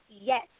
Yes